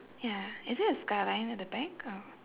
ya is it a skyline at the back or